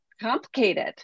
complicated